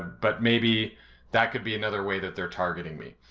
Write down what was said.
but maybe that could be another way that they're targeting me.